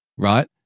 Right